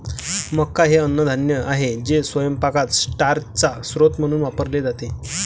मका हे अन्नधान्य आहे जे स्वयंपाकात स्टार्चचा स्रोत म्हणून वापरले जाते